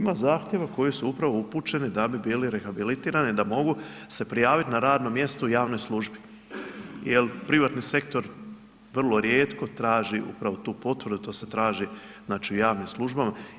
Ima, ima zahtjeva koji su upravo upućeni da bi bili rehabilitirani da mogu se prijaviti na radno mjesto u javnoj službi jel privatni sektor vrlo rijetko traži upravo tu potvrdu to se traži u javnim službama.